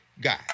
guy